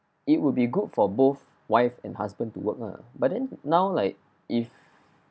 it would be good for both wife and husband to work lah but then now like if